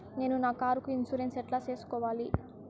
నేను నా కారుకు ఇన్సూరెన్సు ఎట్లా సేసుకోవాలి